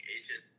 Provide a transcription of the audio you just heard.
agent